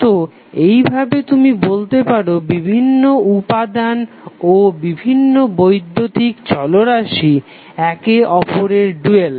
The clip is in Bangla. তো এইভাবে তুমি বলতে পারো বিভিন্ন উপাদান ও বিভিন্ন বৈদ্যুতিক চলরাশি একে অপরের ডুয়াল